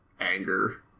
anger